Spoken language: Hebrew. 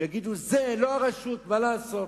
ויגידו: זה לא הרשות, מה לעשות?